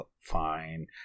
fine